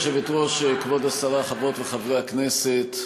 גברתי היושבת-ראש, כבוד השרה, חברות וחברי הכנסת,